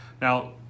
Now